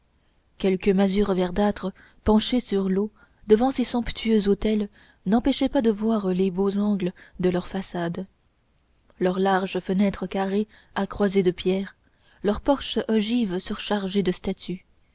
quelques masures verdâtres penchées sur l'eau devant ces somptueux hôtels n'empêchaient pas de voir les beaux angles de leurs façades leurs larges fenêtres carrées à croisées de pierre leurs porches ogives surchargés de statues